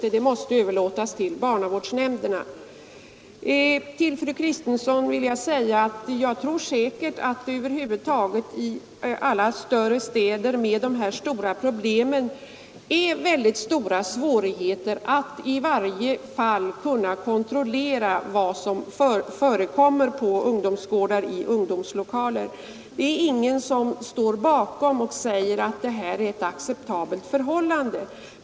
Den saken måste överlåtas Jag tror säkert, fru Kristensson, att det över huvud taget i alla större städer, vilka har dessa problem, är stora svårigheter att i varje enskilt fall kunna kontrollera vad som förekommer på ungdomsgårdarna. Det finns ingen som säger att det förhållandet fru Kristensson beskrev är acceptabelt.